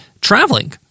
traveling